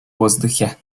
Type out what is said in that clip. воздухе